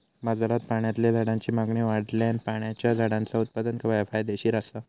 बाजारात पाण्यातल्या झाडांची मागणी वाढल्यान पाण्याच्या झाडांचा उत्पादन फायदेशीर असा